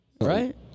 right